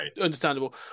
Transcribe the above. understandable